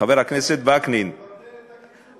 חבר הכנסת וקנין, תבטל את הקיצוץ.